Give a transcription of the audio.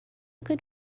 good